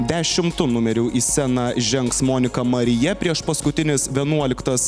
dešimtu numeriu į sceną žengs monika marija priešpaskutinis vienuoliktas